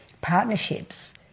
partnerships